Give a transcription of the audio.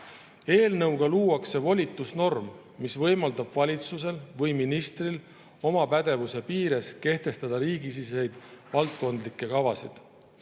Eelnõuga luuakse volitusnorm, mis võimaldab valitsusel või ministril oma pädevuse piires kehtestada riigisiseseid valdkondlikke kavasid.